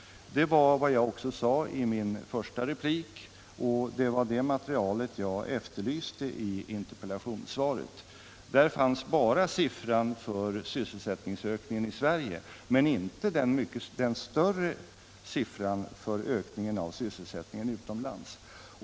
Det var vad jag sade i min första replik, och det var det materialet jag efterlyste i interpellationen. I interpellationssvaret fanns bara siffran för sysselsättningsökningen i Sverige men inte den större siffran för ökningen av sysselsättningen utomlands.